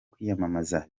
kwiyamamaza